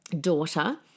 daughter